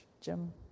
Jim